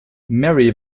mary